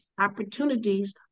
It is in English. opportunities